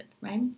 right